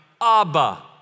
Abba